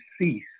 cease